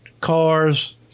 cars